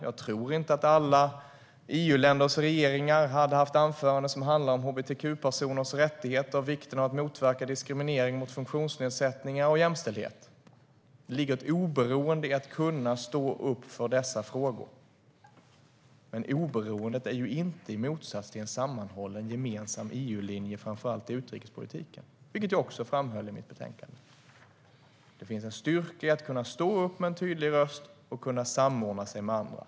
Jag tror inte att alla EU-länders regeringar hade haft anföranden som handlar om hbtq-personers rättigheter och om vikten av att motverka diskriminering av funktionsnedsatta och vikten av jämställdhet. Det ligger ett oberoende i att kunna stå upp för dessa frågor, men oberoendet står inte i motsats till en sammanhållen gemensam EU-linje i framför allt utrikespolitiken, vilket jag också framhöll i mitt anförande. Det finns en styrka i att kunna stå upp med en tydlig röst och kunna samordna sig med andra.